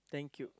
thank you